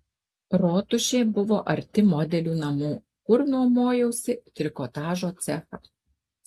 rotušė buvo arti modelių namų kur nuomojausi trikotažo cechą